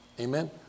Amen